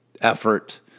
effort